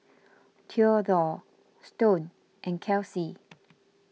theodore Stone and Kelcie